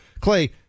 Clay